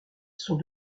sont